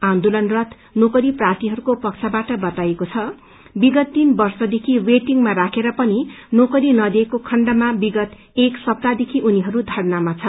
आन्दोलनरत नोकरी प्रार्थीहरूको पक्षबाट बताइएको छ विगत तीन वर्षदेखि वेटिंगमा राखेर पनि नोकरी नदिइएको खण्डमा विगत एक सप्ताहदेखि उनीहरू धरनामा छन्